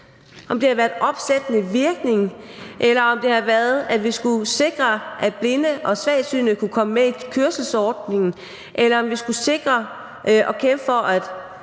om det har været om opsættende virkning, om det har været, at vi skulle sikre, at blinde og svagsynede kunne komme med i kørselsordningen, om det har været, at vi skulle sikre og kæmpe for, at